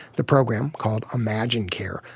the program, called imaginecare,